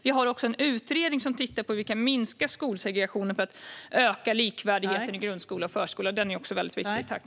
Vi har också en utredning som tittar på hur vi kan minska skolsegregationen för att öka likvärdigheten i grundskola och förskola. Den är också väldigt viktig.